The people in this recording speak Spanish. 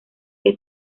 que